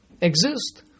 exist